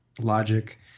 logic